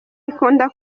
ikunda